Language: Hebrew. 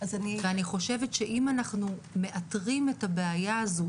ואני חושבת שאם אנחנו מאתרים את הבעיה הזו,